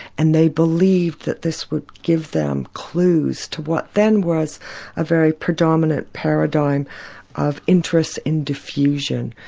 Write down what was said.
and they believed that this would give them clues to what then was a very predominant paradigm of interest in diffusion.